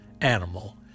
animal